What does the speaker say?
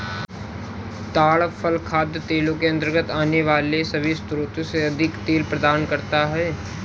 ताड़ फल खाद्य तेलों के अंतर्गत आने वाले सभी स्रोतों से अधिक तेल प्रदान करता है